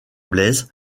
blaise